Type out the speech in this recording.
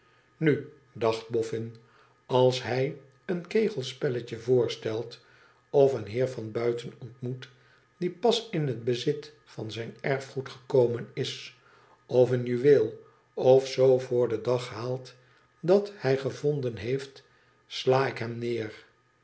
nu dacht boffin als hij een kegelspelletje voorstelt of een heer van buiten ontmoet die pas in het bezit van zijn erfgoed gekomen is of een juweel of zoo voor den dag haalt dat hij gevonden heeft sla ik hem neer